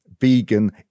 vegan